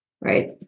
right